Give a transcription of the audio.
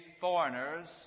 foreigners